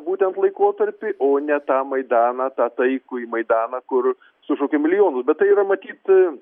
būtent laikotarpį o ne tą maidaną tą taikųjį maidaną kur sušaukė milijonus bet tai yra matyt